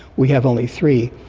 we have only three,